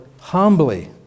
humbly